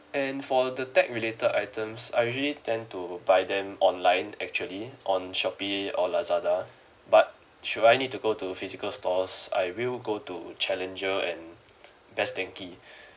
and for the tech related items I usually tend to buy them online actually on shopee or lazada but should I need to go to physical stores I will go to challenger and best denki